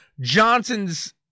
Johnson's